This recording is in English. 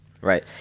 Right